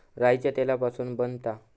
राईच्या तेलापासून बनता